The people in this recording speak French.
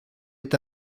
est